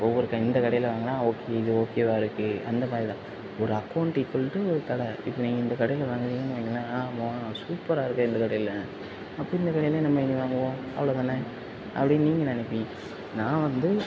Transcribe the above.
ஒவ்வொருக்கு இந்த கடையில வாங்கினா ஓகே இது ஓகேவா இருக்கு அந்த மாரிதான் ஒரு அக்கவுண்ட் ஈகுவல் டு ஒரு கடை இப்போ நீங்கள் இந்த கடையில் வாங்குறீங்கன்னு வைங்களேன் ஓ சூப்பராக இருக்கே இந்த கடையில அப்போ இந்த கடைல நம்ம இனி வாங்குவோம் அவ்ளோ தான அப்படின்னு நீங்கள் நினைப்பீங்க நான் வந்து